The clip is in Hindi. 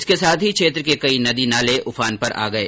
इसके साथ ही क्षेत्र के कई नदी नाले उफान पर आ गए